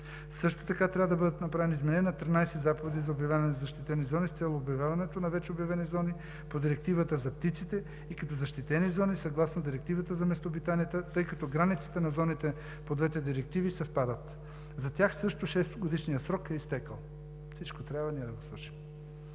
Също така трябва да бъдат направени изменения на 13 заповеди за обявяване на защитени зони с цел обявяването на вече обявени зони по Директивата за птиците и като защитени зони съгласно Директивата за местообитанията, тъй като границите на зоните по двете директиви съвпадат. За тях също шестгодишният срок е изтекъл. Всичко ние трябва да свършим.